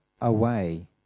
away